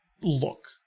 Look